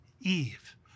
Eve